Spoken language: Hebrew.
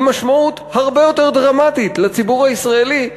עם משמעות הרבה יותר דרמטית לציבור הישראלי,